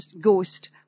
ghost